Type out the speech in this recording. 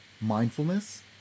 mindfulness